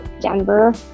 Denver